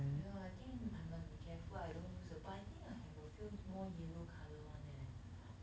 ya I think I must be careful I don't use err but I think I have a few more yellow colour one leh